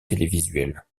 télévisuelles